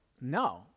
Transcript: no